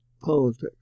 politics